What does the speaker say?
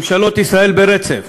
ממשלות ישראל ברצף